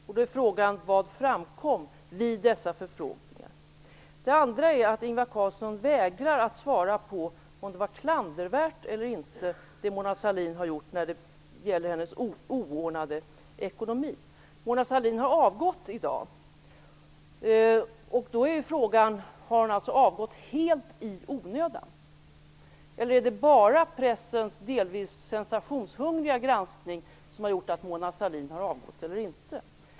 Då blir frågan: Vad framkom vid dessa förfrågningar? Sedan vägrar Ingvar Carlsson att svara på om det Mona Sahlin har gjort när det gäller hennes oordnade ekonomi var klandervärt eller inte. Mona Sahlin har i dag avgått, och frågan är då om hon har avgått helt i onödan. Är det bara pressens delvis sensationshungriga granskning som har gjort att Mona Sahlin har avgått eller inte?